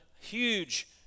huge